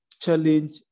challenge